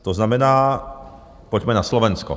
To znamená, pojďme na Slovensko.